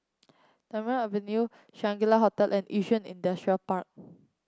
Tamarind Avenue Shangri La Hotel and Yishun Industrial Park